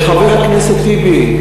חבר הכנסת טיבי,